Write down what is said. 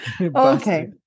Okay